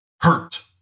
hurt